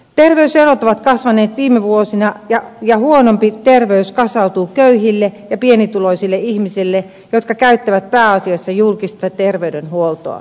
terveyserot ovat kasvaneet viime vuosina ja huonompi terveys kasautuu köyhille ja pienituloisille ihmisille jotka käyttävät pääasiassa julkista terveydenhuoltoa